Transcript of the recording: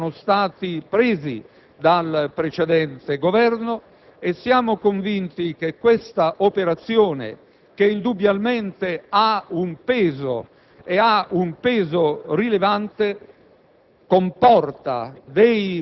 secondo gli impegni che erano stati presi dal precedente Governo e siamo convinti che tale operazione, che indubbiamente ha un peso rilevante,